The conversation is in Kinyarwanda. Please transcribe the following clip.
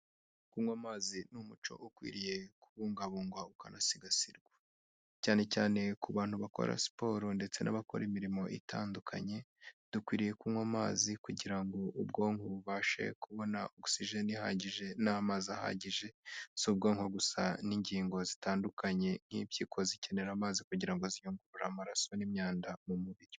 Kunywa amazi ni umuco ukwiriye kubungabungwa ukanasigasirwa. Cyane cyane ku bantu bakora siporo ndetse n'abakora imirimo itandukanye, dukwiriye kunywa amazi kugira ngo ubwonko bubashe kubona oxygène ihagije n'amazi ahagije. Si ubwonko gusa n'ingingo zitandukanye nk'ipyiko zikenera amazi kugira ngo ziyungure amaraso n'imyanda mu mubiri.